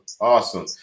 awesome